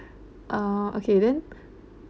uh okay then